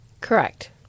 Correct